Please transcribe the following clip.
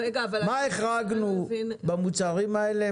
מה החרגנו במוצרים האלה,